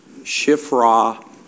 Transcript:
Shifra